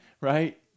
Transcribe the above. right